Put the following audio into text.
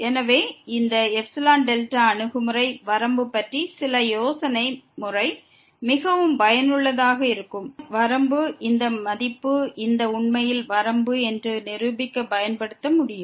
எனவே இந்த εδ அணுகுமுறை வரம்பு பற்றி சில யோசனை முறை மிகவும் பயனுள்ளதாக இருக்கும் பின்னர் வரம்பு இந்த மதிப்பு இந்த உண்மையில் வரம்பு என்று நிரூபிக்க பயன்படுத்த முடியும்